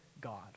God